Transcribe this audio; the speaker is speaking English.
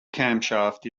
camshaft